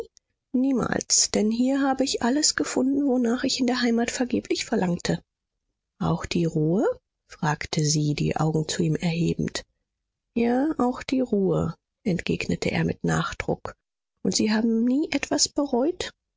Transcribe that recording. niemals denn hier habe ich alles gefunden wonach ich in der heimat vergeblich verlangte auch die ruhe fragte sie die augen zu ihm erhebend ja auch die ruhe entgegnete er mit nachdruck und sie haben nie etwas bereut